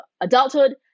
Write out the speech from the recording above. adulthood